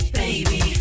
baby